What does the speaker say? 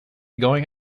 going